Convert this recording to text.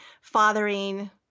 fathering